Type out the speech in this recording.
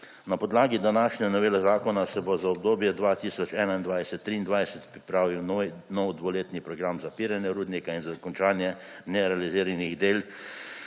Na podlagi današnje novele zakona se bo za obdobje 2021–2023 pripravil nov dvoletni program zapiranja rudnika in za dokončanje nerealiziranih del